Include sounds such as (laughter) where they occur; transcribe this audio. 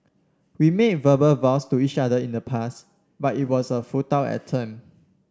we made verbal vows to each other in the past but it was a futile (unintelligible)